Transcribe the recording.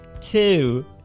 Two